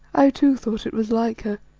i too thought it was like her,